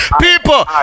People